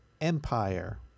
Empire